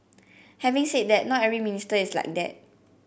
having said that not every minister is like that